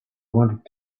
wanted